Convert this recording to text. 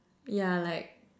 yeah like